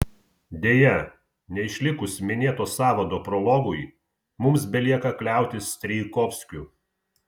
deja neišlikus minėto sąvado prologui mums belieka kliautis strijkovskiu